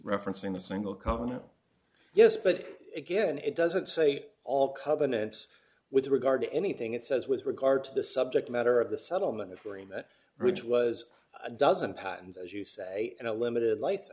referencing a single company yes but again it doesn't say all covenants with regard to anything it says with regard to the subject matter of the settlement agreement which was a dozen patents as you say and a limited li